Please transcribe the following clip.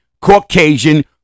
Caucasian